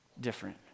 different